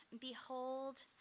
Behold